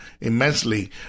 immensely